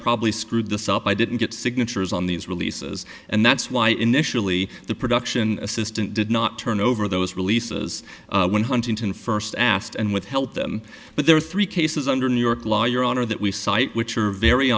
probably screwed this up i didn't get signatures on these releases and that's why initially the production assistant did not turn over those releases when huntington first asked and would help them but there are three cases under new york law your honor that we cite which are very